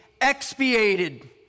expiated